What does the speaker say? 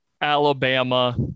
Alabama